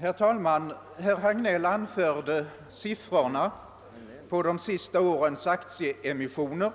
Herr talman! Herr Hagnell anförde siffrorna för de senaste årens aktieemissioner